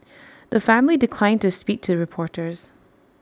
the family declined to speak to reporters